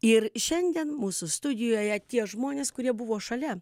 ir šiandien mūsų studijoje tie žmonės kurie buvo šalia